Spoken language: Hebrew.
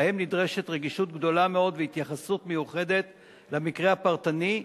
שבו נדרשת רגישות גדולה מאוד והתייחסות מיוחדת למקרה הפרטני,